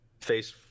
face